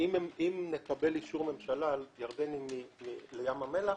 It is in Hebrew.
אם נקבל אישור ממשלה על ירדנים לים המלח,